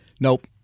nope